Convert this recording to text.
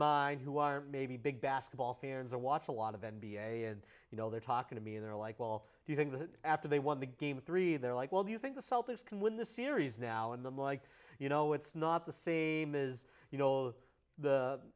mine who are maybe big basketball fans i watch a lot of n b a and you know they're talking to me they're like well do you think that after they won the game three they're like well do you think the celtics can win the series now in them like you know it's not the same is you know the